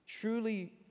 Truly